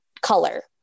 color